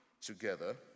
together